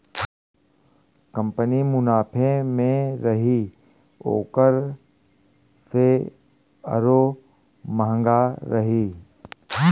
company मुनाफा मे रही ओकर सेअरो म्हंगा रही